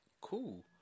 cool